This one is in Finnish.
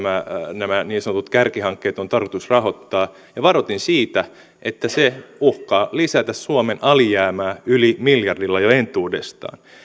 nämä niin sanotut kärkihankkeet on tarkoitus rahoittaa ja varoitin siitä että se uhkaa lisätä suomen alijäämää yli miljardilla jo entuudestaan